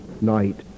night